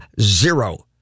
zero